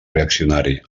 reaccionari